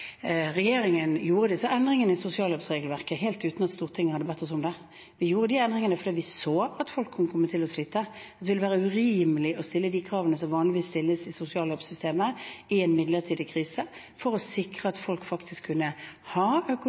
regjeringen gjorde disse endringene i sosialhjelpregelverket helt uten at Stortinget hadde bedt oss om det. Vi gjorde de endringene fordi vi så at folk kunne komme til å slite, at det ville være urimelig å stille de kravene som vanligvis stilles i sosialhjelpsystemet, i en midlertidig krise, for å sikre at folk faktisk kunne ha